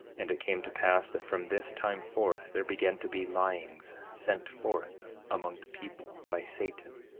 and it came to pass that from this time forth there began to be lyings sent forth among the people, by satan,